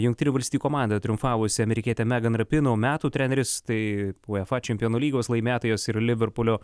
jungtinių valstijų komanda triumfavusi amerikietė megan rapinou metų treneris tai uefa čempionų lygos laimėtojas ir liverpulio